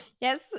Yes